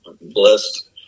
blessed